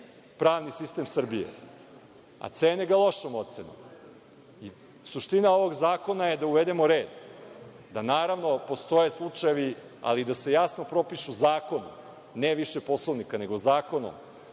pravni sistem Srbije, a cene ga lošom ocenom i suština ovog zakona je da uvedemo red, da naravno postoje slučajevi, ali da se jasno propišu zakonom, ne više Poslovnikom, nego zakonom